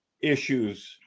issues